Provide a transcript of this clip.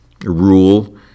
rule